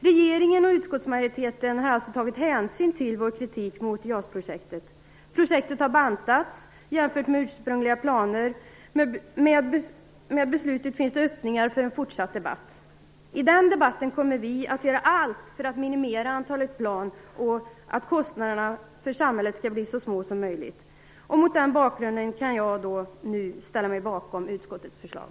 Regeringen och utskottsmajoriteten har alltså tagit hänsyn till vår kritik mot JAS-projektet. Projektet har bantats i förhållande till ursprungliga planer. Med beslutet finns det också öppningar för en fortsatt debatt. I den debatten kommer vi att göra allt för att minimera antalet plan och för att kostnaderna för samhället skall bli så små som möjligt. Mot den bakgrunden kan jag nu ställa mig bakom utskottets förslag.